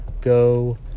go